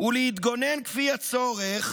ולהתגונן כפי הצורך